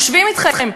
יושבים אתכם,